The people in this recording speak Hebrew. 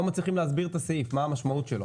לא מצליחים להסביר את המשמעות של הסעיף.